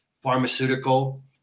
pharmaceutical